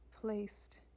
placed